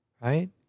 right